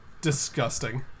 disgusting